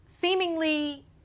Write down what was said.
Seemingly